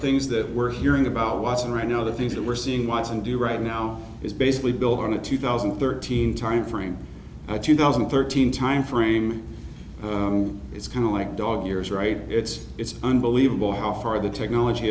things that we're hearing about watson right now the things that we're seeing watson do right now is basically built on a two thousand and thirteen timeframe two thousand and thirteen timeframe it's kind of like dog years right it's it's unbelievable how far the technology